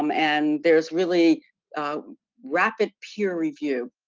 um and there's really rapid peer-review.